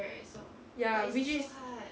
ya which is